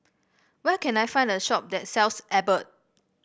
where can I find a shop that sells Abbott